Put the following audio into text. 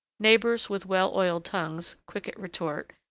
neighbors with well-oiled tongues, quick at retort,